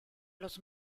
los